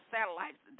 Satellites